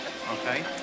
Okay